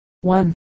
One